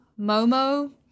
Momo